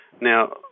Now